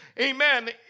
Amen